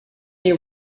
near